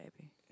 baby